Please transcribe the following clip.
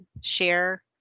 share